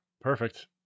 perfect